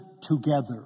together